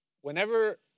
Whenever